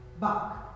back